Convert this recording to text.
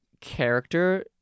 character